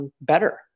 better